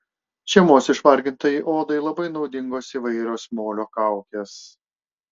žiemos išvargintai odai labai naudingos įvairios molio kaukės